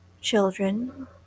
children